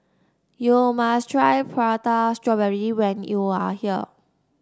you must try Prata Strawberry when you are here